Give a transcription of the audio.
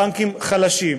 הבנקים חלשים,